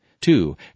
Two